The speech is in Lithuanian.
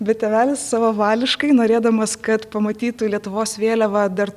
bet tėvelis savavališkai norėdamas kad pamatytų lietuvos vėliavą dar